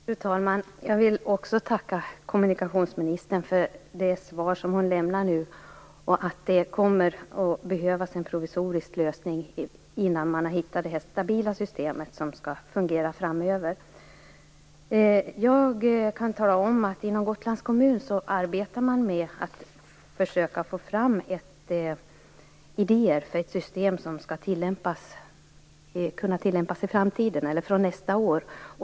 Fru talman! Jag vill också tacka kommunikationsministern för hennes senaste svar. Det kommer att behövas en provisorisk lösning innan man tagit fram ett stabilare system som skall fungera framöver. Man arbetar inom Gotlands kommun med att få fram idéer för ett system som skall kunna tillämpas från nästa år.